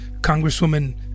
Congresswoman